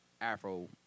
afro